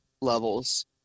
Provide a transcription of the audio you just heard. levels